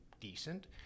decent